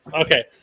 Okay